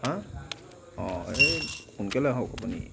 হা অ এই সোনকালে আহক আপুনি